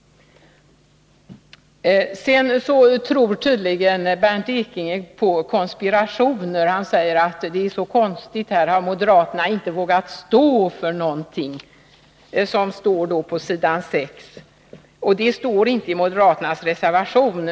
Sedan tror tydligen Bernt Ekinge på konspirationer. Han säger att det är så konstigt att moderaterna inte har velat stå för något som är skrivet på s. 6 — det står inte i moderaternas reservation.